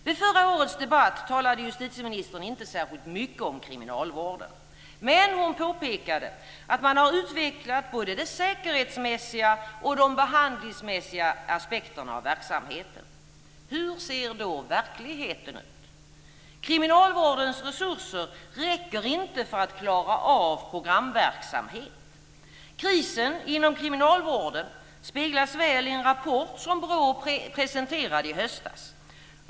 Vid förra årets debatt talade justitieministern inte särskilt mycket om kriminalvården, men hon påpekade att man har utvecklat både de säkerhetsmässiga och de behandlingsmässiga aspekterna av verksamheten. Hur ser då verkligheten ut? Kriminalvårdens resurser räcker inte för att klara av programverksamheten. Krisen inom kriminalvården speglas väl i en rapport som BRÅ presenterade i höstas.